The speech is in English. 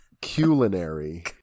Culinary